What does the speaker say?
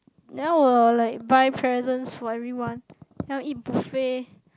then I will like buy presents for everyone then I'll eat buffet